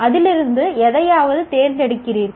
அதிலிருந்து எதையாவது தேர்ந்தெடுக்கிறீர்கள்